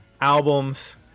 albums